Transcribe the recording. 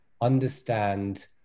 understand